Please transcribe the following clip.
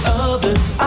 other's